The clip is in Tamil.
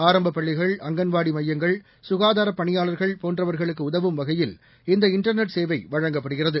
ஆரம்ப பள்ளிகள் அங்கன்வாடி மையங்கள் குகாதார பணியாளர்கள் போன்றவர்களுக்கு உதவும் வகையில் இந்த இண்டர்நெட் சேவை வழங்கப்படுகிறது